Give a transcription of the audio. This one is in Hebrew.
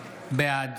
בעד